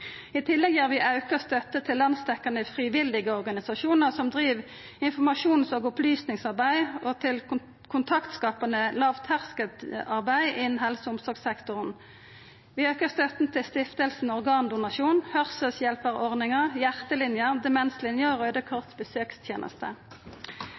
I tillegg gir vi auka støtte til landsdekkjande frivillige organisasjonar som driv informasjons- og opplysingsarbeid, og til kontaktskapande lågterskelarbeid innan helse- og omsorgssektoren. Vi aukar støtta til Stiftelsen Organdonasjon, hørselhjelperordninga, Hjertelinjen, Demenslinjen og